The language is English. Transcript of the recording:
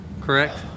correct